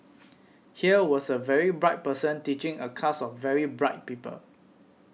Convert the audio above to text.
here was a very bright person teaching a class of very bright people